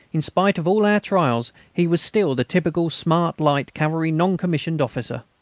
in spite of all our trials he was still the typical smart light cavalry non-commissioned officer.